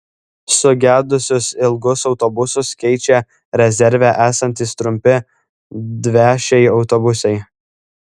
sugedusius ilgus autobusus keičia rezerve esantys trumpi dviašiai autobusai